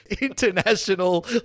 international